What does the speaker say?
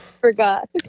forgot